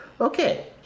okay